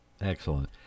Excellent